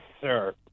sir